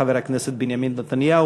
חבר הכנסת בנימין נתניהו,